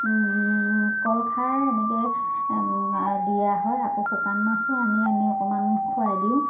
কলখাৰ এনেকে দিয়া হয় আকৌ শুকান মাছো আনি আমি অকমান খুৱাই দিওঁ